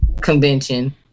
convention